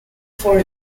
for